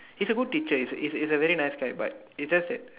he is a good teacher is is a very nice guy but it just that